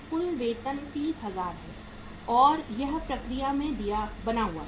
कुल वेतन 30000 हैं और यह प्रक्रिया में बना हुआ है